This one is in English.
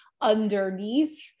underneath